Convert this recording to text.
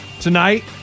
tonight